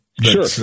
Sure